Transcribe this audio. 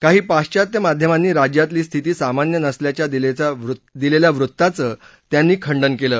काही पाश्वात्य माध्यमांनी राज्यातली स्थिती सामान्य नसल्याच्या दिलेल्या वृत्ताचं त्यांनी खंडन केलं